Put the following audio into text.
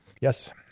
yes